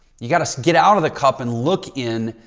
you got to get out of the cup and look in,